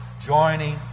joining